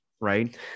right